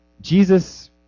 Jesus